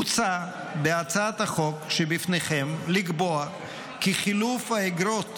הוצע בהצעת החוק שבפניכם לקבוע כי חילוף האיגרות